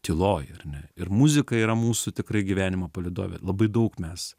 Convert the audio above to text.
tyloj ar ne ir muzika yra mūsų tikrai gyvenimo palydovė labai daug mes